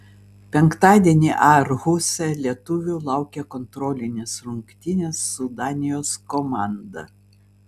penktadienį aarhuse lietuvių laukia kontrolinės rungtynės su danijos komanda